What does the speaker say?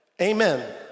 Amen